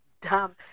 dumb